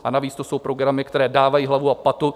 A navíc to jsou programy, které dávají hlavu a patu.